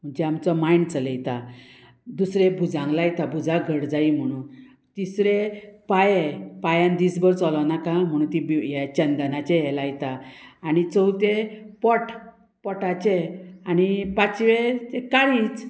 म्हणजे आमचो मायण्ड चलयता दुसरे भुजांग लायता भुजां घट जायी म्हणून तिसरे पांये पांयान दिसभर चोलूंक नाका म्हणून ती हे चंदनाचे हे लायता आनी चवथे पोट पोटाचे आनी पांचवे तें काळीच